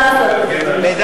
עוברת לגור שם, הייתי שוקל זאת.